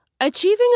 Achieving